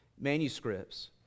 manuscripts